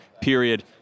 period